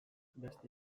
beste